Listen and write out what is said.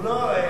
הוא לא אוהב